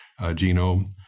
genome